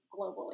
globally